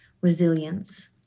resilience